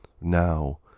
now